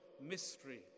mystery